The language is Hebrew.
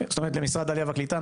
זאת אומרת למשרד העלייה והקליטה,